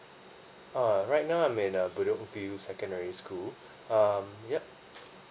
uh right now I'm in the uh secondary school uh yup